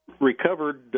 recovered